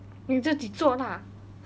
你自己做 lah